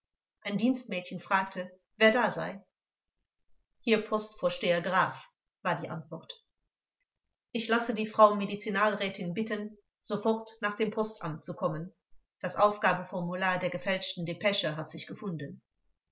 ein dienstmädchen fragte wer da sei hier postvorsteher graf war die antwort ich lasse die frau medizinalrätin bitten sofort nach dem postamt zu kommen das aufgabeformular der gefälschten depesche hat sich gefunden